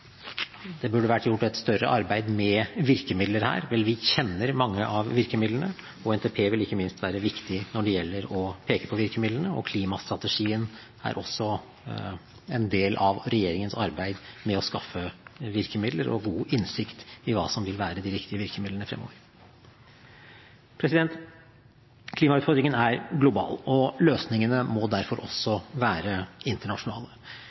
det burde vært gjort et større arbeid med virkemidler her. Vel, vi kjenner mange av virkemidlene, og NTP vil ikke minst være viktig når det gjelder å peke på virkemidlene. Klimastrategien er også en del av regjeringens arbeid med å skaffe virkemidler og god innsikt i hva som vil være de riktige virkemidlene fremover. Klimautfordringen er global, og løsningene må derfor også være internasjonale.